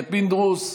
פינדרוס,